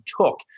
took